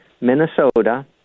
Minnesota